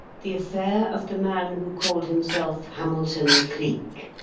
the affair of the man who called himself hamilton cleek